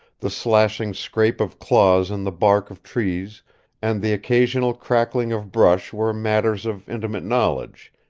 the slashing scrape of claws in the bark of trees and the occasional crackling of brush were matters of intimate knowledge,